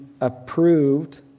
approved